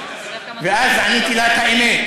ואז עניתי לה את האמת.